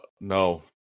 no